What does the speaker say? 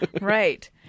Right